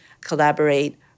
collaborate